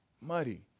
muddy